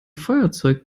feuerzeug